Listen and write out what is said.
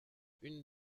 une